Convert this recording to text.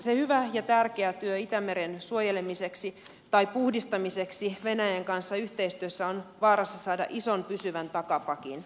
se hyvä ja tärkeä työ itämeren suojelemiseksi tai puhdistamiseksi venäjän kanssa yhteistyössä on vaarassa saada ison pysyvän takapakin